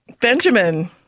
Benjamin